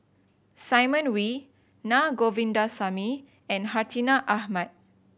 Simon Wee Na Govindasamy and Hartinah Ahmad